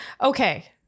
Okay